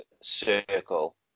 circle